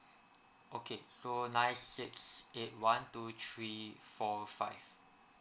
okay so nine six eight one two three four five